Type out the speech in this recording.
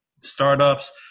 startups